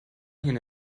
hier